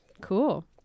Cool